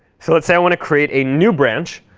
so let's say i want to create a new branch.